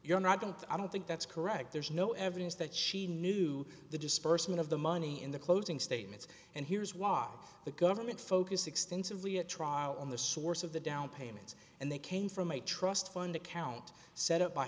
you're not going to i don't think that's correct there's no evidence that she knew the dispersement of the money in the closing statements and here's why the government focus extensively a trial on the source of the down payments and they came from a trust fund account set up by